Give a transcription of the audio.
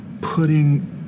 putting